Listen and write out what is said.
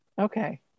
okay